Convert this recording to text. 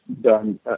done